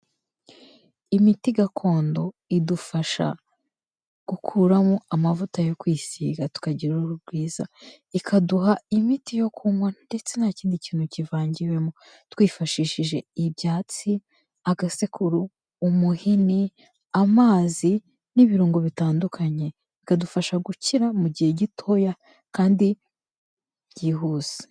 Imiti gakondo idufasha gukuramo amavuta yo kwisiga tukagira uruhu rwiza, ikaduha imiti yo kunywa ndetse nta kindi kintu kivangiwemo, twifashishije ibyatsi, agasekuru, umuhini, amazi, n'ibirungo bitandukanye, bikadufasha gukira mu gihe gitoya kandi byihuse.